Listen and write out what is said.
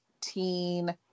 teen